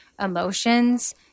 emotions